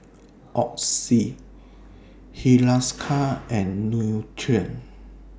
Oxy Hiruscar and Nutren